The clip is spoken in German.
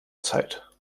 zeit